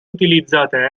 utilizzate